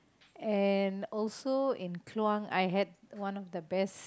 and also in Kluang I had one of the best